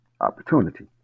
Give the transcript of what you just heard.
opportunity